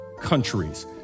Countries